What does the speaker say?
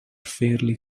fairly